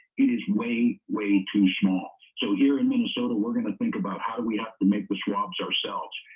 it is way way too small. so here in minnesota, we're going to think about how we have to make the swabs ourselves.